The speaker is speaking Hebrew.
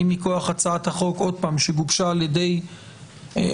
האם מכוח הצעת החוק שגובשה על ידי שותפות